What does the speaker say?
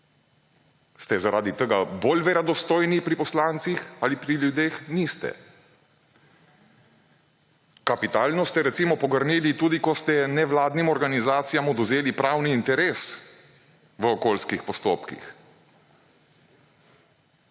Ste zaradi tega bolj verodostojni pri poslancih ali pri ljudeh? Niste. Kapitalno ste, recimo, pogrnili tudi ko ste nevladnim organizacijam odvzeli pravni interes v okoljskih postopkih.